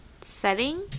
setting